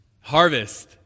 Harvest